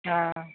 हँ